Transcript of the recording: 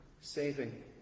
saving